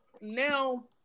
now